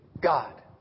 God